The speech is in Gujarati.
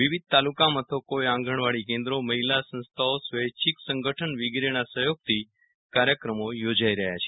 વિવિધ તાલુકા મથકોએ આંગણવાડી કેન્દ્રો મહિલા સંસ્થાઓ સ્વેચ્છીક સંગઠન વિગેરેના સહયોગથી કાર્યક્રમો યોજાઈ રહ્યા છે